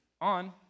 On